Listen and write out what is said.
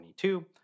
2022